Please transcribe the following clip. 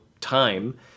time